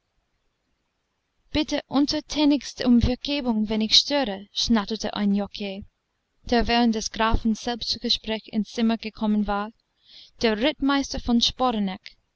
lie bitte untertänigst um vergebung wenn ich störe schnatterte ein jockei der während des grafen selbstgespräch ins zimmer gekommen war der rittmeister von